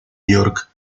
york